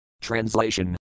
Translation